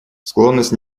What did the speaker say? склонность